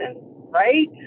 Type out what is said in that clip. right